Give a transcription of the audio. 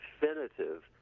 definitive